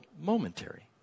momentary